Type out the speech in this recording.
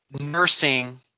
Nursing